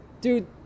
dude